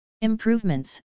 improvements